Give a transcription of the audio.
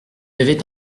avait